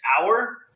hour